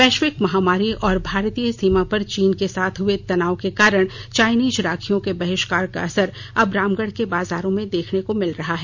वैश्विक महामारी और भारतीय सीमा पर चीन के साथ हुए तनाव के कारण चाइनीज राखियों के बहिष्कार का असर अब रामगढ़ के बाजारों में देखने को मिल रहा है